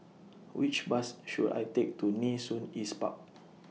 Which Bus should I Take to Nee Soon East Park